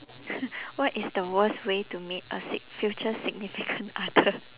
what is the worst way to meet a sig~ future significant other